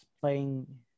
playing